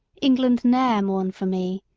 england ne'er mourn for me,